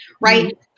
right